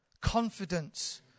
confidence